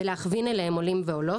להכווין אליהם עולים ועולות.